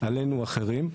עלינו אחרים.